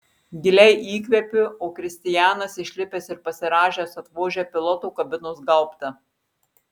giliai įkvepiu o kristianas išlipęs ir pasirąžęs atvožia piloto kabinos gaubtą